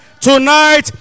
tonight